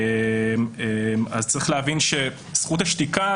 צריך להבין שזכות השתיקה,